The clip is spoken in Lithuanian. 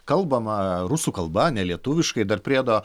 kalbama rusų kalba nelietuviškai dar priedo